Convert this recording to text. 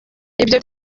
ibyo